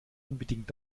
unbedingt